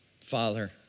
father